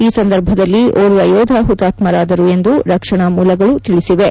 ಈ ಸಂದರ್ಭದಲ್ಲಿ ಓರ್ವ ಯೋಧ ಹುತಾತ್ಕರಾದರು ಎಂದು ರಕ್ಷಣಾ ಮೂಲಗಳು ತಿಳಿಸಿವೆ